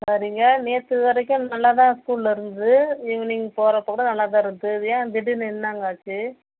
சரிங்க நேற்று வரைக்கும் நல்லா தான் ஸ்கூலில் இருந்துது ஈவினிங் போகிறப்ப கூட நல்லா தான் இருந்துது ஏன் திடீர்னு என்னாங்க ஆச்சு